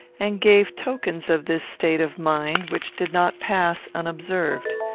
and gave tokens of this state of mind which did not pass unobserved.